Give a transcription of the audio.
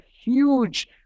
huge